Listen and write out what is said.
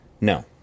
No